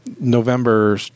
November